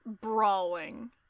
brawling